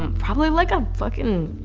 um probably like a fucking